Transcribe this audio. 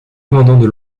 pendant